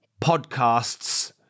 Podcasts